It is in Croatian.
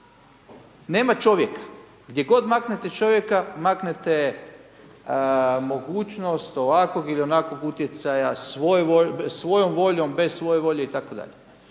Nema čovjek, gdje god maknete čovjeka maknete mogućnost ovakvog ili onakvog utjecaja svojom voljom, bez svoje volje itd.